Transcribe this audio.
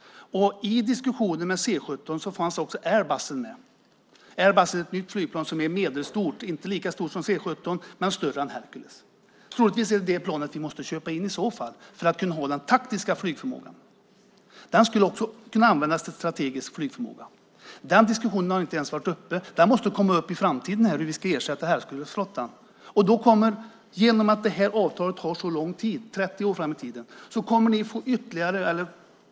I diskussionen om C 17 fanns också Airbus med. Airbus är ett nytt flygplan som är medelstort. Det är inte lika stort som C 17 men större än Hercules. Troligtvis är det i så fall det planet som vi måste köpa in för att kunna ha den taktiskt flygförmågan. Den skulle också kunna användas till strategisk flygförmåga. Den diskussionen har inte varit uppe. Den måste komma upp i framtiden när vi ska ersätta Herculesflottan. Avtalet gäller så lång tid, 30 år fram i tiden.